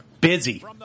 busy